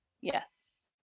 Yes